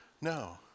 No